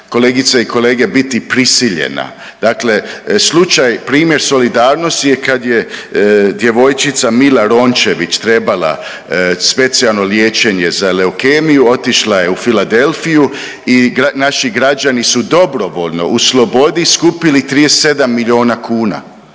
kolegice i kolege biti prisiljena. Dakle, slučaj, primjer solidarnosti je kad je djevojčica Mila Rončević trebala specijalno liječenje za leukemiju. Otišla je u Filadelfiju i naši građani su dobrovoljno u slobodi skupili 37 milijuna kuna.